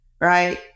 right